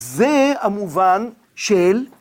זה המובן של...